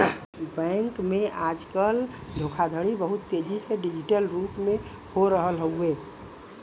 bank में आजकल धोखाधड़ी बहुत तेजी से डिजिटल रूप में हो रहल हउवे